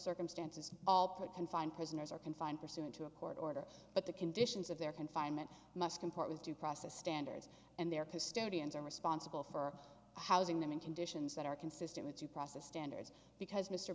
circumstances all put confined prisoners are confined pursuant to a court order but the conditions of their confinement must comport with due process standards and their custodians are responsible for housing them in conditions that are consistent with due process standards because m